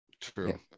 True